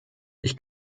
ich